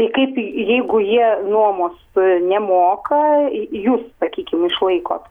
tai kaip jeigu jie nuomos nemoka jūs sakykim išlaikot